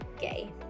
gay